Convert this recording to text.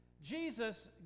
Jesus